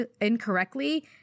incorrectly